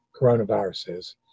coronaviruses